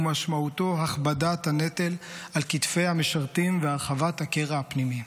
ומשמעותו הכבדת הנטל על כתפי המשרתים והרחבת הקרע הפנימי.